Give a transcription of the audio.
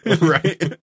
right